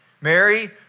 Mary